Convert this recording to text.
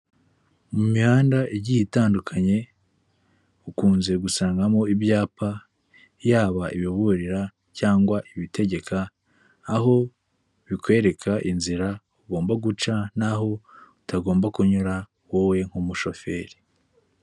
Mu mihanda igiye itandukanye ukunze gusangamo ibyapa yaba ibiburira cyangwa ibitegeka, aho bikwereka inzira ugomba guca naho utagomba kunyura wowe nk'umushoferi.